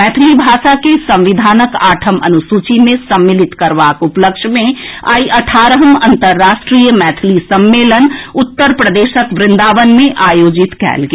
मैथिली भाषा के संविधानक आठम अनुसूची मे सम्मिलित करबाक उपलक्ष्य मे आइ अठारहम अंतर्राष्ट्रीय मैथिली सम्मेलन उत्तर प्रदेशक वृंदावन मे आयोजित कएल गेल